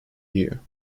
year